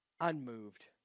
Unmoved